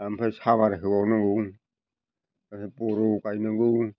ओमफ्राय सामार होबावनांगौ बरआव गायनांगौ